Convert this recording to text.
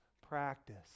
practice